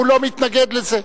הוא לא מתנגד לזה.